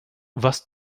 was